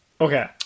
Okay